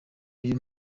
uyu